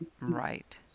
Right